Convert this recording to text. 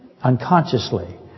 unconsciously